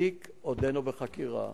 התיק עודנו בחקירה.